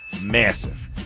massive